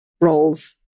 roles